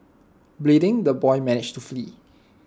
bleeding the boy managed to flee